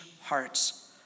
hearts